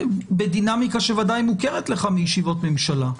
בדינמיקה שוודאי מוכרת לך מישיבות ממשלה,